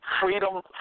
freedom